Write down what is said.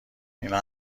اینها